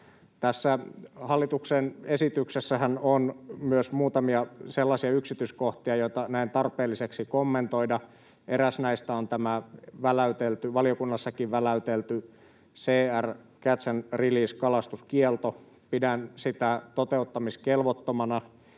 Tässä hallituksen esityksessä on myös muutamia sellaisia yksityiskohtia, joita näen tarpeelliseksi kommentoida, ja eräs näistä on tämä valiokunnassakin väläytelty CR eli catch and release ‑kalastuskielto: Pidän sitä toteuttamiskelvottomana,